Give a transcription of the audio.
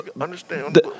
Understand